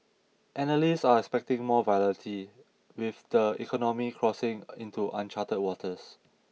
analysts are expecting more volatility with the economy crossing into uncharted waters